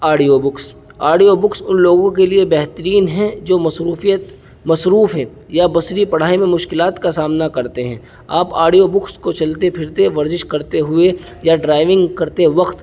audio books audio books ان لوگوں کے لیے بہترین ہیں جو مصروفیت مصروف ہیں یا بصری پڑھائی میں مشکلات کا سامنا کرتے ہیں آپ آڈیو بکس کو چلتے پھرتے ورزش کرتے ہوئے یا ڈرائیونگ کرتے وقت